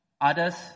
Others